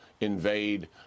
invade